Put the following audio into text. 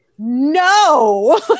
no